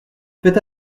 faites